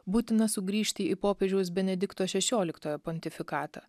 būtina sugrįžti į popiežiaus benedikto šešioliktojo pontifikatą